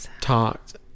talked